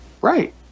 Right